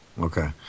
Okay